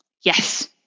Yes